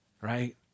right